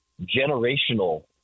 generational